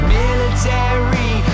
military